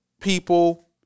people